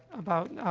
about, ah,